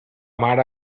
mar